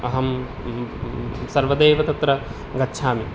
अहं सर्वदैव तत्र गच्छामि